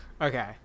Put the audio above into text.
Okay